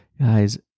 guys